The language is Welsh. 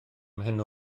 mhen